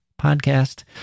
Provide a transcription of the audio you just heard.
podcast